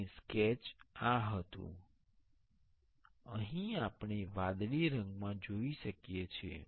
અને સ્કેચ આ હતું અહીં આપણે વાદળી રંગમાં જોઈ શકીએ છીએ